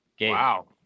Wow